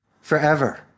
forever